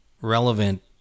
relevant